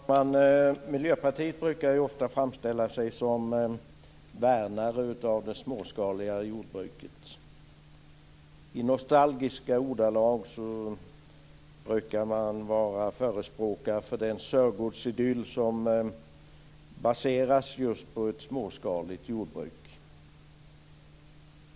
Fru talman! Miljöpartiet brukar ofta framställa sig som värnare av det småskaliga jordbruket. I nostalgiska ordalag brukar de vara förespråkare för den sörgårdsidyll som baseras just på ett småskaligt jordbruk.